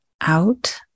out